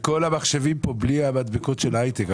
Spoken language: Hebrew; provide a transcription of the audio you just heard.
כל המחשבים כאן בלי המדבקות של ההייטק.